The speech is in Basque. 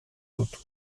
dut